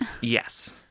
Yes